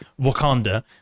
Wakanda